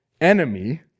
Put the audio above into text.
enemy